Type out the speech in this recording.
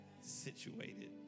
situated